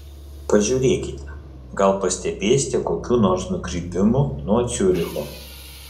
pažiūrėkite gal pastebėsite kokių nors nukrypimų nuo ciuricho